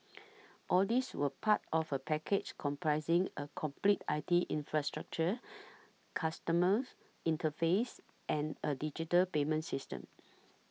all these were part of a package comprising a complete I T infrastructure customers interface and a digital payment system